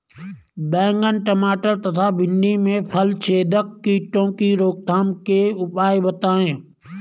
बैंगन टमाटर तथा भिन्डी में फलछेदक कीटों की रोकथाम के उपाय बताइए?